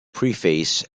preface